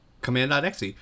command.exe